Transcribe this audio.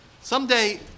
Someday